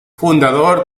fundador